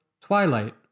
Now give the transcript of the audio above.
twilight